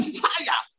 fire